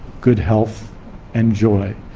good health and joy.